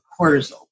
cortisol